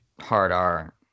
hard-R